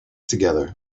together